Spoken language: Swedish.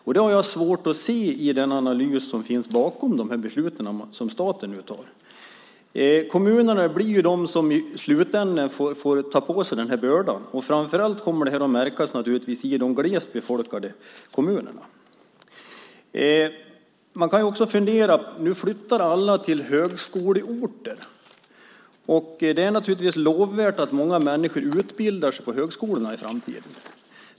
Och det har jag svårt att se i den analys som finns bakom de beslut som staten nu tar. Kommunerna blir de som i slutänden får ta på sig den här bördan. Framför allt kommer det här naturligtvis att märkas i de glest befolkade kommunerna. Man kan också fundera på en annan sak. Nu flyttar alla till högskoleorter. Det är naturligtvis lovvärt att många människor utbildar sig på högskolorna i framtiden.